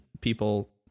people